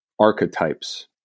archetypes